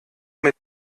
mit